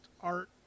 art